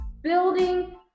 building